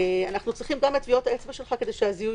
אנחנו צריכים גם את טביעות האצבע שלך כדי שהזיהוי